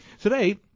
Today